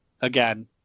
again